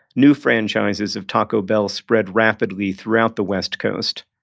new franchises of taco bell spread rapidly throughout the west coast.